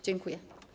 Dziękuję.